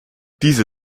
diese